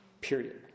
Period